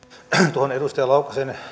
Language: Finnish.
tuohon edustaja laukkasen